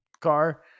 car